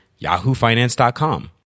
yahoofinance.com